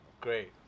Great